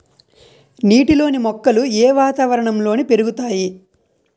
నీటిలోని మొక్కలు ఏ వాతావరణంలో పెరుగుతాయి?